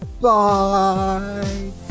Bye